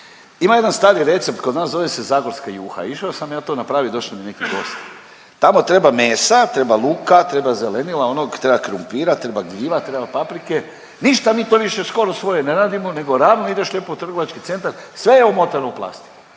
ima jedan stari recept kod nas zove se zagorska juha, išao sam ja to napravit došli mi neki gosti, tamo treba mesa, treba luka, treba zelenila onog, treba krumpira, treba gljiva, treba paprike, ništa mi to više skoro svoje ne radimo nego ravno ideš lijepo u trgovački centar, sve je umotano u plastiku.